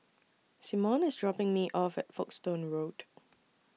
Simone IS dropping Me off At Folkestone Road